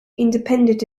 independent